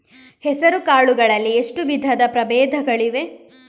ಹೆಸರುಕಾಳು ಗಳಲ್ಲಿ ಎಷ್ಟು ವಿಧದ ಪ್ರಬೇಧಗಳಿವೆ?